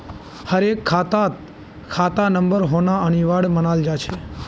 हर एक खातात खाता नंबर होना अनिवार्य मानाल जा छे